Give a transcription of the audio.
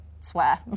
swear